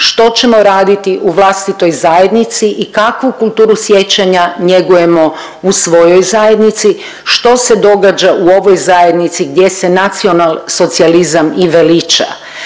što ćemo raditi u vlastitoj zajednici i kakvu kulturu sjećanja njegujemo u svojoj zajednici, što se događa u ovoj zajednici gdje se nacionalsocijalizam i veliča.